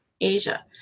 Asia